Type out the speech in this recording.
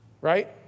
Right